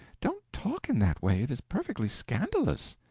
don't talk in that way, it is perfectly scandalous.